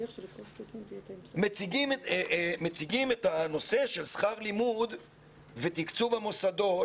מציגים את הנושא של שכר לימוד ותקצוב המוסדות